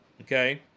Okay